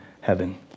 heaven